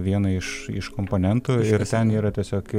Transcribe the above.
vieną iš iš komponentų ir ten yra tiesiog